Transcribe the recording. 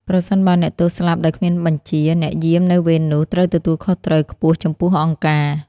ប្រសិនបើអ្នកទោសស្លាប់ដោយគ្មានបញ្ជា អ្នកយាមនៅវេននោះត្រូវទទួលខុសត្រូវខ្ពស់ចំពោះអង្គការ។